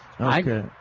Okay